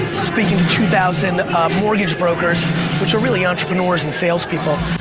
speaking to two thousand mortgage brokers which are really entrepreneurs and sales people.